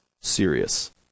serious